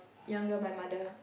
younger my mother